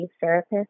therapist